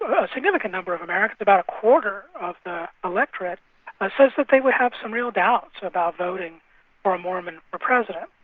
significant number of americans, about a quarter of the electorate ah says that they would have some real doubts about voting for a mormon for president.